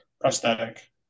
prosthetic